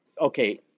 okay